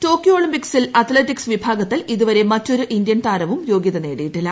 Tokyo ഒളിമ്പിക്സിൽ athletics വിഭാഗത്തിൽ ഇതുവരെ മറ്റൊരു ഇന്ത്യൻ താരവും യോഗൃത നേടിയിട്ടില്ല